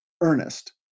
Ernest